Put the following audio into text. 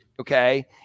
okay